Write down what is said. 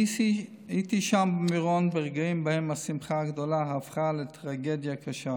הייתי שם במירון ברגעים שבהם השמחה הגדולה הפכה לטרגדיה קשה,